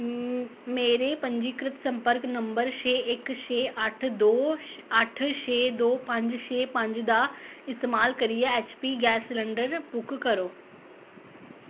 मेरे पंजीकृत संपर्क नंबर छे इक छे अट्ठ दो अट्ठ छे दो पंज छे पंज दा इस्तेमाल करियै ऐच्चपी गैस सलंडर बुक करो